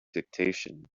dictation